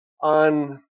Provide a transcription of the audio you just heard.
On